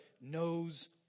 knows